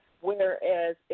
Whereas